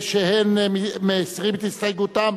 שהם מסירים את הסתייגותם.